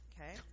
Okay